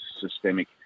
systemic